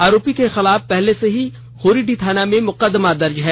आरोपी के खिलाफ पहले से ही हीरोडीह थाना में मुकदमा दर्ज है